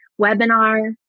Webinar